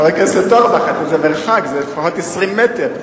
חבר הכנסת אורבך, זה מרחק, זה לפחות 20 מטר.